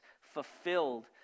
fulfilled